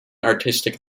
artistic